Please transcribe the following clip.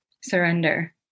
surrender